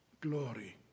glory